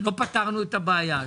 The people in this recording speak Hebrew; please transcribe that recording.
לא פתרנו את הבעיה.